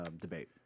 debate